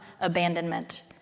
abandonment